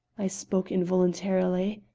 i spoke involuntarily.